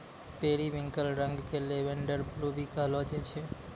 periwinkle रंग क lavender blue भी कहलो जाय छै